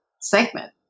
segment